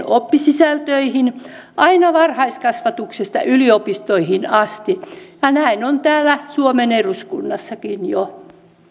oppisisältöihin aina varhaiskasvatuksesta yliopistoihin asti ja näin on täällä suomen eduskunnassakin jo